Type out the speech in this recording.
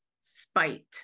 spite